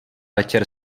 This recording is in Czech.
večer